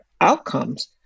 outcomes